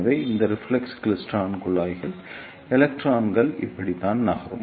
எனவே இந்த reflex klystron குழாயில் எலக்ட்ரான்கள் இப்படித்தான் நகரும்